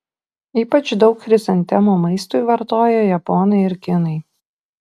ypač daug chrizantemų maistui vartoja japonai ir kinai